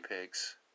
pigs